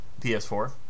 PS4